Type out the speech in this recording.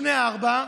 בני ארבע,